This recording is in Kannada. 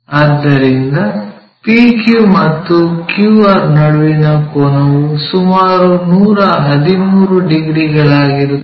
ಆದ್ದರಿಂದ PQ ಮತ್ತು QR ನಡುವಿನ ಕೋನವು ಸುಮಾರು 113 ಡಿಗ್ರಿಗಳಾಗಿರುತ್ತದೆ